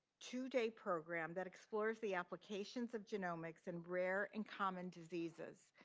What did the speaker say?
two-day program that explores the applications of genomics and rare and common diseases,